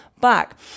back